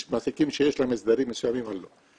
יש מעסיקים שיש להם הסדרים מסוימים או לא.